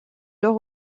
leur